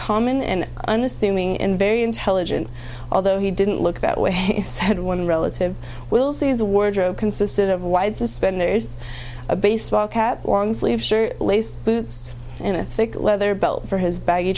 common and unassuming and very intelligent although he didn't look that way said one relative will say as a wardrobe consisted of wide suspenders a baseball cap long sleeved shirt lace boots and a thick leather belt for his baggy